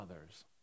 others